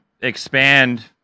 expand